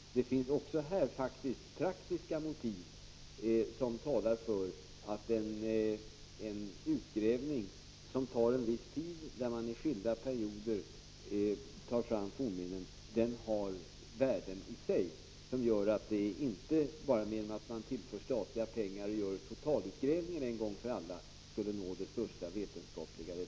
Det finns faktiskt praktiska motiv som talar för att en utgrävning, som tar en viss tid och där man under skilda perioder tar fram fornminnen, har värden i sig. Det är inte bara genom att man tillför statliga pengar och gör en totalutgräv — Prot. 1985/86:52 ning en gång för alla som man når det största vetenskapliga resultatet.